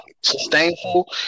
sustainable